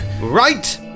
Right